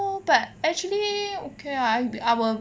but actually okay ah our